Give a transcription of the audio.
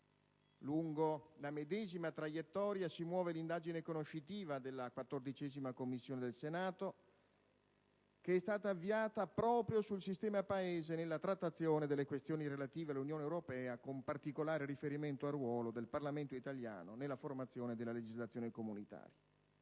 Lungo la medesima traiettoria si muove l'indagine conoscitiva della 14a Commissione del Senato, che è stata avviata proprio sul «sistema Paese nella trattazione delle questioni relative all'Unione europea con particolare riferimento al ruolo del Parlamento italiano nella formazione della legislazione comunitaria».